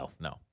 No